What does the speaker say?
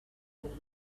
before